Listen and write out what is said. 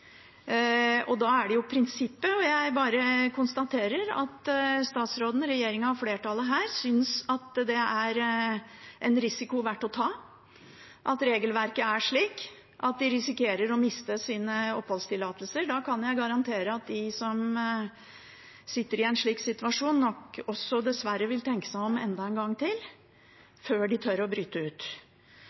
Da gjelder det prinsippet. Jeg konstaterer at statsråden, regjeringen og flertallet her synes at det er en risiko verdt å ta at regelverket er slik at de risikerer å miste sin oppholdstillatelse. Da kan jeg garantere at de som er i en slik situasjon, nok også dessverre vil tenke seg om enda en gang før de tør å bryte ut.